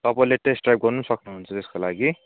तपाईँले test drive गर्नु सक्नुहुन्छ त्यसको लागि